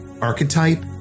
archetype